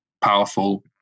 powerful